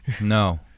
No